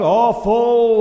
awful